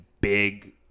big